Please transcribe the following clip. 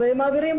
ומעבירים,